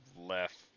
left